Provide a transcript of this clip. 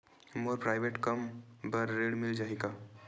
मोर private कम बर ऋण मिल जाही का?